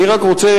אני רק רוצה,